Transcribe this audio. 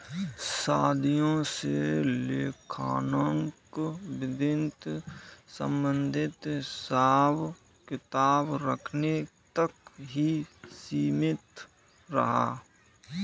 सदियों से लेखांकन वित्त संबंधित हिसाब किताब रखने तक ही सीमित रहा